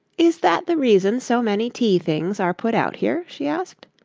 is that the reason so many tea-things are put out here she asked.